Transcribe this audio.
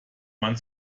man